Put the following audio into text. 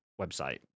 website